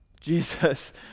Jesus